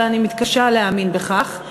אבל אני מתקשה להאמין בכך.